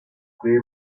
cuida